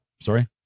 sorry